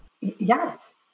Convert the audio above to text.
yes